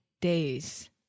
days